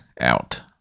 out